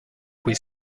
quei